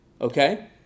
Okay